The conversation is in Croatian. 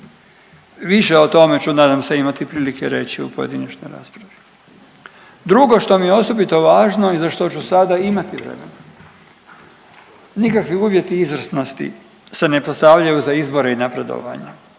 više o tome ću nadam se imati prilike reći u pojedinačnoj raspravi. Drugo što mi je osobito važno i za što ću sada imati vremena, nikakvi uvjeti izvrsnosti se ne postavljaju za izbore i napredovanja,